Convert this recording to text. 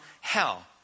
hell